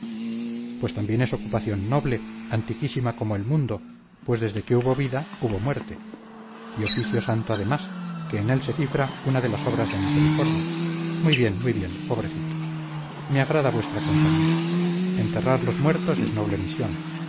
pues también es ocupación noble antiquísima como el mundo pues desde que hubo vida hubo muerte y oficio santo además que en él se cifra una de las obras de misericordia muy bien muy bien pobrecitos me agrada vuestra compañía enterrar los muertos es noble misión